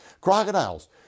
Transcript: Crocodiles